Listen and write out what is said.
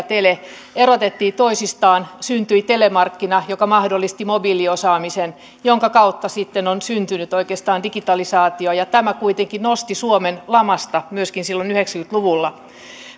tele erotettiin toisistaan syntyi telemarkkina joka mahdollisti mobiiliosaamisen minkä kautta sitten on syntynyt oikeastaan digitalisaatio ja tämä kuitenkin nosti suomen lamasta myöskin silloin yhdeksänkymmentä luvulla